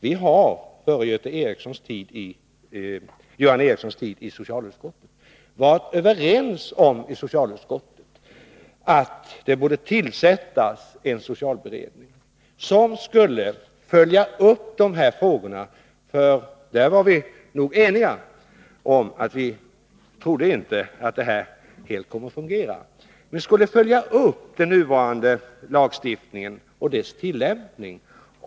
Vi har före Göran Ericssons tid i socialutskottet i utskottet varit överens om att man borde tillsätta en socialberedning, som skulle följa upp de här frågorna. Vi trodde nog alla att det här systemet knappast skulle komma att fungera helt tillfredsställande, och därför ville vi att man skulle följa upp den nuvarande lagstiftningen och dess tillämpning.